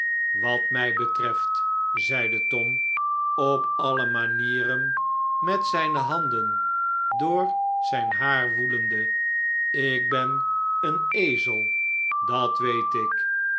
wat mij betreft zeide tom op alle manieren met zijne handen door zijn haar woelende ik ben een ezel dat weet ik